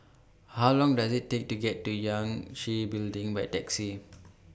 How Long Does IT Take to get to Yangtze Building By Taxi